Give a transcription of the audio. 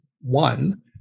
one